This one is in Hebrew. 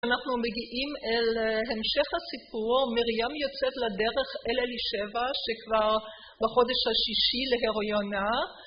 אנחנו מגיעים להמשך הסיפור, מרים יוצאת לדרך אל אלישבע, שכבר בחודש השישי להיריונה